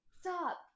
Stop